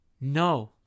No